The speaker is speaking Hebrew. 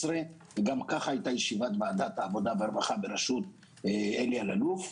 הייתה ישיבת ועדת העבודה והרווחה בראשות אלי אללוף,